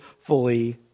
fully